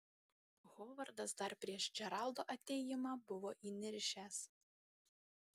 hovardas dar prieš džeraldo atėjimą buvo įniršęs